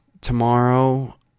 tomorrow